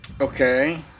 Okay